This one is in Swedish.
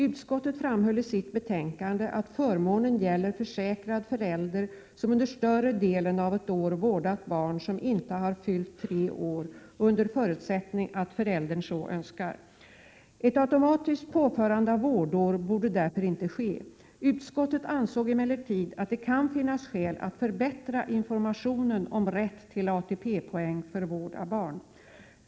Utskottet framhöll i sitt betänkande att förmånen gäller försäkrad förälder som under större delen av ett år vårdar barn som inte har fyllt tre år, under förutsättning att föräldern så önskar. Ett automatiskt påförande av vårdår borde därför inte ske. Utskottet ansåg emellertid att det kan finnas skäl att förbättra informationen om rätt till ATP-poäng för vård av barn.